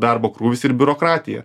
darbo krūvis ir biurokratija